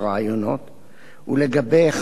ולגבי אחד הראיונות